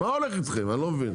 מה הולך אתכם, אני לא מבין.